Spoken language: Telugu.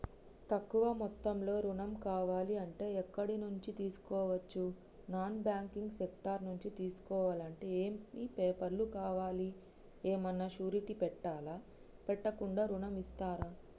తక్కువ మొత్తంలో ఋణం కావాలి అంటే ఎక్కడి నుంచి తీసుకోవచ్చు? నాన్ బ్యాంకింగ్ సెక్టార్ నుంచి తీసుకోవాలంటే ఏమి పేపర్ లు కావాలి? ఏమన్నా షూరిటీ పెట్టాలా? పెట్టకుండా ఋణం ఇస్తరా?